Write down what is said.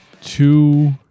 Two